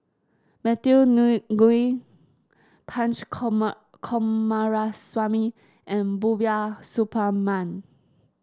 Matthew Ngui Punch Coomaraswamy and Rubiah Suparman